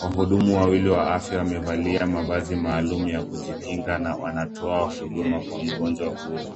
wahudumu wawili wa afya wamevallia mavazi maalum ya kujikinga na wanatoa huduma kwa mgonjw ahuyo.